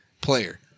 player